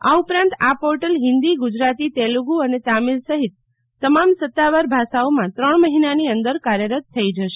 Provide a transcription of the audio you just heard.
આ ઉપરાંત આ પોર્ટલ હિન્દી ગુજરાતી તેલુગુ અને તામિલ સહિત તમામ સત્તાવાર ભાષાઓમાં ત્રણ મહિનાની અંદર કાર્યરત થઈ જશે